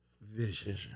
vision